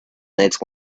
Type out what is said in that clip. make